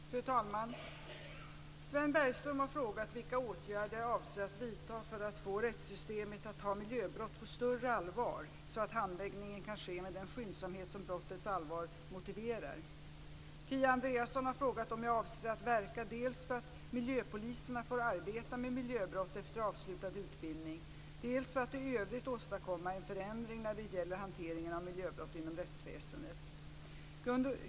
Fru talman! Sven Bergström har frågat vilka åtgärder jag avser att vidta för att få rättssystemet att ta miljöbrott på större allvar så att handläggningen kan ske med den skyndsamhet som brottets allvar motiverar. Kia Andreasson har frågat om jag avser att verka dels för att "miljöpoliserna" får arbeta med miljöbrott efter avslutad utbildning, dels för att i övrigt åstadkomma en förändring när det gäller hanteringen av miljöbrott inom rättsväsendet.